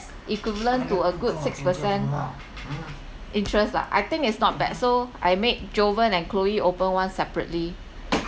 equivalent to a good six percent interest lah I think is not bad so I made jovan and chloe open one separately